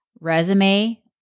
resume